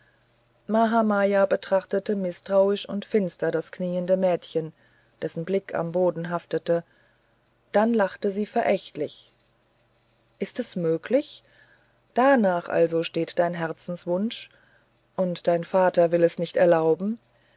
mahamaya betrachtete mißtrauich und finster das kniende mädchen dessen blick am boden haftete dann lachte sie verächtlich ist es möglich danach also steht dein herzenswunsch und dein vater will es nicht erlauben